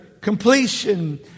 completion